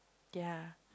ya